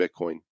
Bitcoin